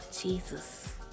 Jesus